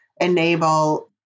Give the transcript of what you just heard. enable